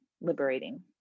liberating